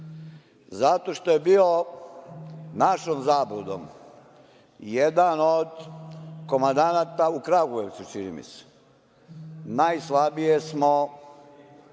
Zato što je bio našom zabludom jedan od komandanata u Kragujevcu, čini mi se, najslabije smo